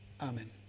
amen